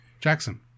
jackson